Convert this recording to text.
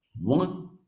one